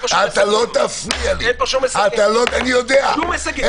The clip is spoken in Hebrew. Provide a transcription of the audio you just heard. שום הישגים.